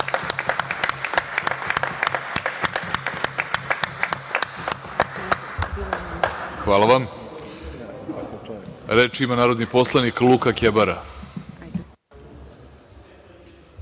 Hvala vam. Reč ima narodni poslanik Luka